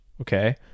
Okay